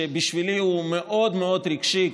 שבשבילי הוא מאוד מאוד רגשי,